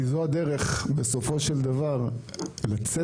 כי זו הדרך בסופו של דבר לצאת,